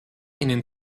ihnen